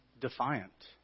defiant